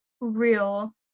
Real